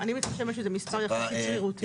אני מתרשמת שזה מספר יחסית שרירותי.